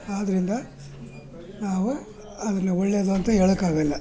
ಆದ್ದರಿಂದ ನಾವು ಅದನ್ನು ಒಳ್ಳೆಯದು ಅಂತ ಹೇಳೋಕ್ಕಾಗಲ್ಲ